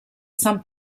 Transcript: san